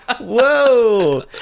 Whoa